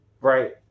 Right